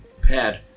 pad